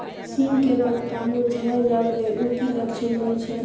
सीम के पत्ता मुरझाय लगल उ कि लक्षण होय छै?